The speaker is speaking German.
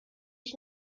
ich